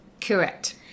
Correct